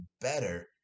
better